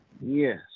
Yes